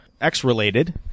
X-related